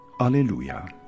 Alleluia